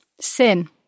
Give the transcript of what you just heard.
sin